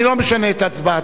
אני לא משנה את הצבעתו,